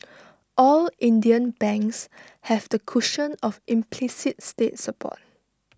all Indian banks have the cushion of implicit state support